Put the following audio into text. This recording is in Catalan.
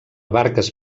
barques